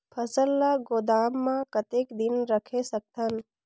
फसल ला गोदाम मां कतेक दिन रखे सकथन?